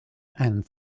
and